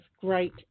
great